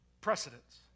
precedence